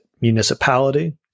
municipality